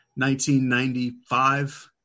1995